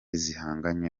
zihanganye